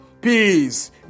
peace